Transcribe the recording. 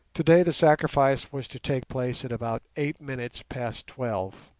today the sacrifice was to take place at about eight minutes past twelve.